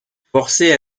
forcée